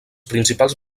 principals